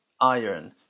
iron